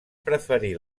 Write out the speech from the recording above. preferir